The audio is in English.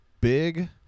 big